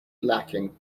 lacking